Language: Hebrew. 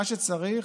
מה שצריך,